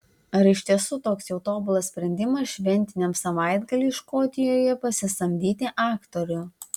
ar iš tiesų toks jau tobulas sprendimas šventiniam savaitgaliui škotijoje pasisamdyti aktorių